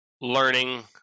learning